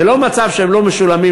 זה לא מצב שהם לא משולמים.